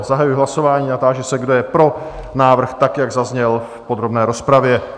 Zahajuji hlasování a táži se, kdo je pro návrh tak, jak zazněl v podrobné rozpravě?